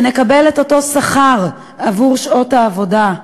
שנקבל את אותו שכר עבור שעות העבודה,